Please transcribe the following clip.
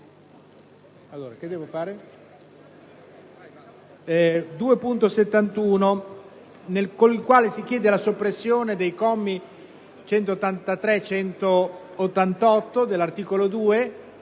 2.71, con il quale si chiede la soppressione dei commi dal 183 al 188 dell'articolo 2